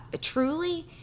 truly